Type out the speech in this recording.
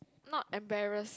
not embarrassed